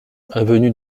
avenue